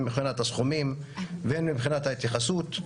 הן מבחינת הסכומים והן מבחינת ההתייחסות.